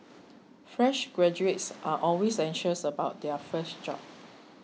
fresh graduates are always anxious about their first job